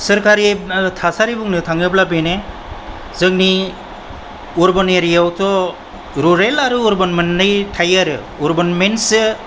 सरकारि थासारि बुंनो थाङोब्ला बेनो जोंनि आरबान एरिया आव थ' रूरेल आरो आरबान मोननै थायो आरो आरबान मिन्स